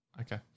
Okay